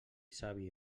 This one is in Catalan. savi